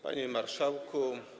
Panie Marszałku!